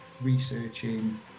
researching